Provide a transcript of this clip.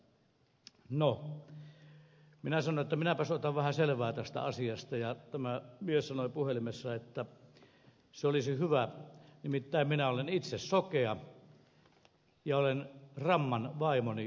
no minä sanoin että minäpäs otan vähän selvää tästä asiasta ja tämä mies sanoi puhelimessa että se olisi hyvä nimittäin minä olen itse sokea ja olen ramman vaimoni omaishoitaja